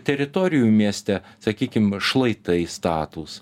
teritorijų mieste sakykim šlaitai statūs